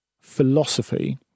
philosophy